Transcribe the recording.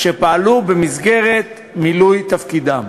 שפעלו במסגרת מילוי תפקידם.